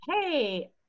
hey